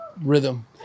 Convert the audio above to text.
rhythm